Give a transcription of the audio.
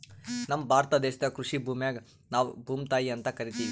ನಮ್ ಭಾರತ ದೇಶದಾಗ್ ಕೃಷಿ ಭೂಮಿಗ್ ನಾವ್ ಭೂಮ್ತಾಯಿ ಅಂತಾ ಕರಿತಿವ್